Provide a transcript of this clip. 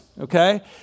okay